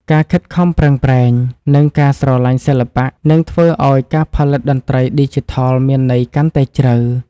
ការខិតខំប្រឹងប្រែង និង ការស្រឡាញ់សិល្បៈនឹងធ្វើឱ្យការផលិតតន្ត្រីឌីជីថលមានន័យកាន់តែជ្រៅ។